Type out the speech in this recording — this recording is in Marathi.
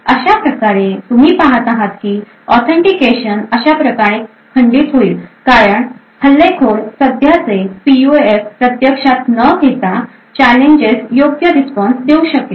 अशा प्रकारे तुम्ही पहात आहात की ऑथेंटिकेशन अशाप्रकारे खंडित होईल कारण हल्लेखोर सध्याचे पीयूएफ प्रत्यक्षात न घेता चॅलेंजेस योग्य रिस्पॉन्स देऊ शकेल